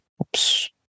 Oops